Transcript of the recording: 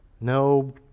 no